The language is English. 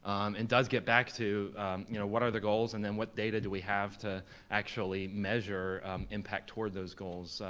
um and does get back to you know what what are the goals and then what data do we have to actually measure impact toward those goals?